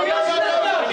תתבייש לך.